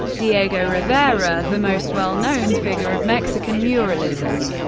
diego rivera, the most well-known figure of mexican muralism,